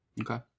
okay